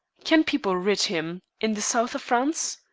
can people writ him in the south of france?